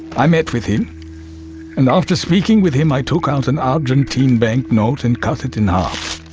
i met with him and after speaking with him i took out an argentine bank note and cut it in half.